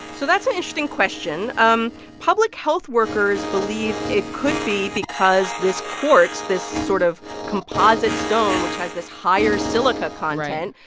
so that's an interesting question. um public health workers believe it could be because this quartz, this sort of composite stone which has this higher silica content.